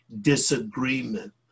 disagreement